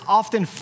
often